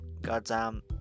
goddamn